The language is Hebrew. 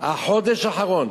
החודש האחרון.